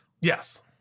Yes